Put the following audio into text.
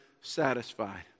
satisfied